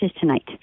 tonight